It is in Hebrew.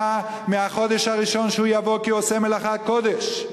מהחודש הראשון שהוא יבוא כעושה מלאכת קודש.